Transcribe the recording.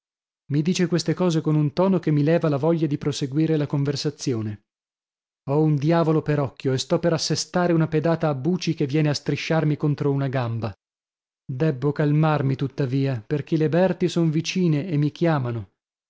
mi dice queste cose con un tono che mi leva la voglia di proseguire la conversazione ho un diavolo per occhio e sto per assestare una pedata a buci che viene a strisciarmi contro una gamba debbo calmarmi tuttavia perchè le berti son vicine e mi chiamano